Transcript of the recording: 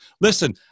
Listen